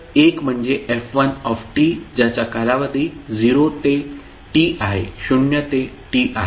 तर एक म्हणजे f1 ज्याचा कालावधी 0 ते t आहे